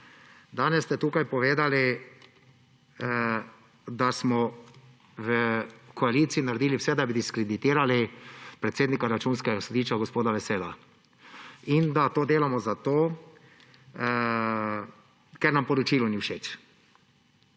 Danes ste tukaj povedali, da smo v koaliciji naredili vse, da bi diskreditirali predsednika Računskega sodišča gospoda Vesela in da to delamo zato, ker nam revizijsko poročilo ni všeč.